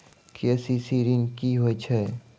KCC ॠन की होय छै?